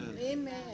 Amen